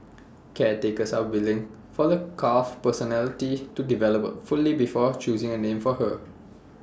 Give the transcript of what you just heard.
caretakers are waning for the calf's personality to develop fully before choosing A name for her